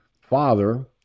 father